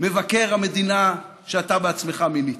מבקר המדינה שאתה בעצמך מינית.